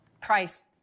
price